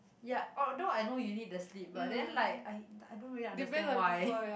ya although I know you need the sleep but then like I I don't really understand why